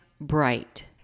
bright